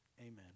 amen